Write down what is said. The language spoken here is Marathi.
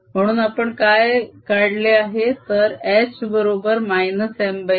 म्हणून आपण काय काढले आहे तर H बरोबर -M3